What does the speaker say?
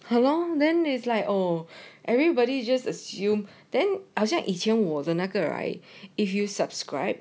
ya lor then is like oh everybody just assumed then 好像以前我在那个 right if you subscribe